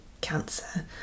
cancer